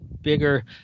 bigger